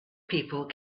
people